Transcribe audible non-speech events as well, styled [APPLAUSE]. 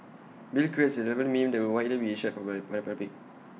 bill creates A relevant meme that will be widely shared by [UNINTELLIGIBLE] the public